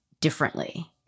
differently